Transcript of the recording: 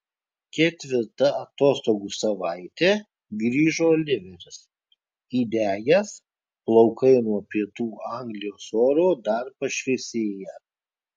ketvirtą atostogų savaitę grįžo oliveris įdegęs plaukai nuo pietų anglijos oro dar pašviesėję